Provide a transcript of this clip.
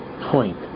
point